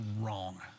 wrong